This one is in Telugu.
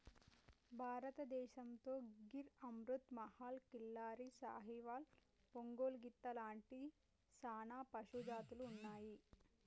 భారతదేసంతో గిర్ అమృత్ మహల్, కిల్లారి, సాహివాల్, ఒంగోలు గిత్త లాంటి సానా పశుజాతులు ఉన్నాయి